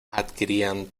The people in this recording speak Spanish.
adquirían